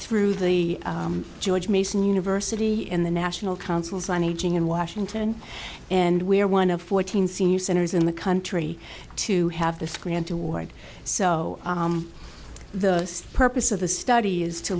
through the george mason university and the national councils on aging in washington and we're one of fourteen senior centers in the country to have this grant to ward so the purpose of the study is to